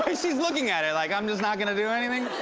and she's looking at it. like i'm just not gonna do anything?